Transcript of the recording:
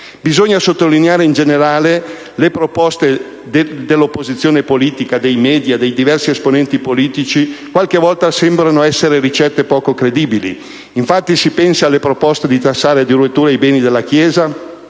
Bisogna sottolineare che, in generale, le proposte dell'opposizione politica, dei *media* e dei diversi esponenti politici qualche volta sembrano essere ricette poco credibili: si pensi, infatti, alle proposte di tassare addirittura i beni della Chiesa,